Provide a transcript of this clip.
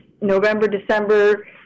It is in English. November-December